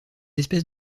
espèces